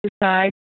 decide